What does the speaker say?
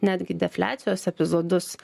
netgi defliacijos epizodus